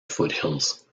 foothills